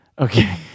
Okay